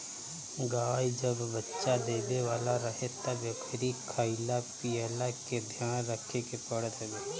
गाई जब बच्चा देवे वाला रहे तब एकरी खाईला पियला के ध्यान रखे के पड़त हवे